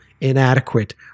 inadequate